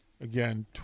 Again